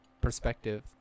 perspective